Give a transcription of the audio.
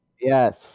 Yes